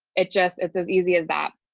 it just it's as easy as that.